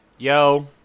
Yo